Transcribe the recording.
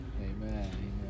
Amen